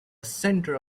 center